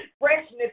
freshness